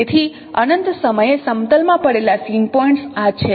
તેથી અનંત સમયે સમતલમાં પડેલા સીન પોઇન્ટ્સ આ છે